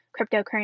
cryptocurrency